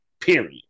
Period